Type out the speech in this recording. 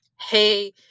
hey